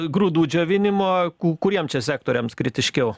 grūdų džiovinimo ku kuriem čia sektoriams kritiškiau